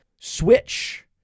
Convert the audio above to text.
switch